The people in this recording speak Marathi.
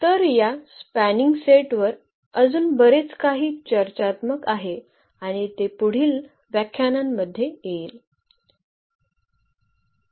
तर या स्पॅनिंग सेटवर अजून बरेच काही चर्चात्मक आहे आणि ते पुढील व्याख्यानांमध्ये येईल